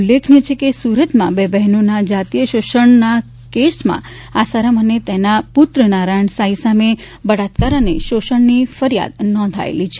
ઉલ્લેખનીય છે કે સુરતમાં બે બહેનોનાં જાતીય શોષણના કેસમાં આસારામ અને તેના પુત્ર નારાયણ સાંઇ સામે બળાત્કરા અને શોષણની ફરીયાદ નોંધાયેલી છે